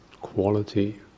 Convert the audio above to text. quality